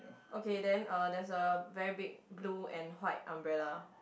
okay then uh there's a very big blue and white umbrella